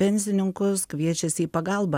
pensininkus kviečiasi į pagalbą